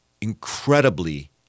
incredibly